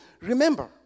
Remember